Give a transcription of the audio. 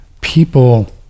people